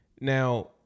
Now